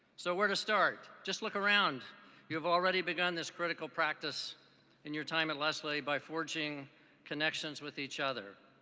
so where to start? just look around you have already begun this critical practice in your time at lesley by forging connections with each other.